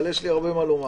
אבל יש לי הרבה מה לומר.